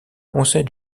conseil